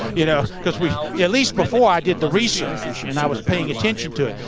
you know because we at least before i did the research and i was paying attention to it.